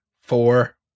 Four